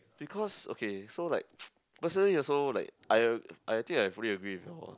because okay so like personally also like I I think I fully agree with your